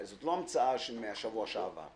זאת לא המצאה מהשבוע שעבר.